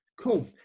cool